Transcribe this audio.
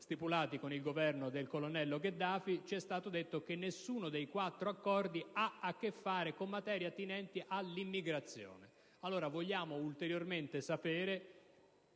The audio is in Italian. stipulati con il Governo del colonnello Gheddafi, ci è stato risposto che nessuno dei quattro accordi ha a che fare con materie attinenti all'immigrazione. Desideriamo pertanto sapere,